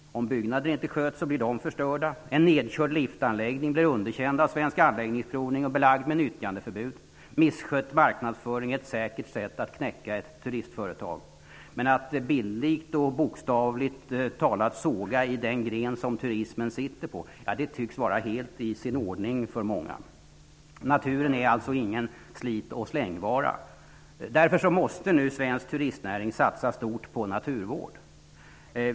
Om byggnader inte sköts blir de förstörda. En nedkörd liftanläggning blir underkänd av Svensk anläggningsprovning och belagd med nyttjandeförbud. Misskött marknadsföring är ett säkert sätt att knäcka ett turistföretag. Men att bildligt och bokstavligt talat såga i den gren som turismen sitter på tycks vara helt i sin ordning för många. Naturen är alltså ingen slit-och-släng-vara. Därför måste nu svensk turistnäring satsa stort på naturvård.